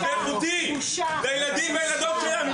--- איכותי לילדים ולילדות שלנו.